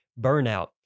burnout